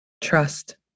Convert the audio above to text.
Trust